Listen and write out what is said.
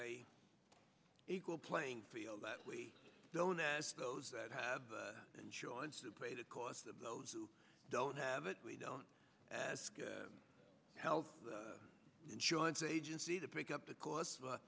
equal playing field that we don't ask those that have insurance to pay the costs of those who don't have it we don't as a health insurance agency to pick up the cost